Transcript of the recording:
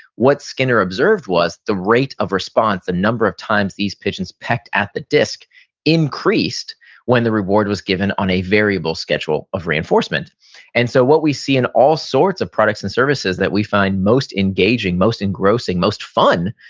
what skinner observed was, the rate of response, the number of times these pigeons pecked at the disc increased when the reward was given on a variable schedule of reinforcement and so what we see in all sorts of products and services that we find most engaging, most engrossing, most fun,